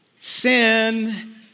Sin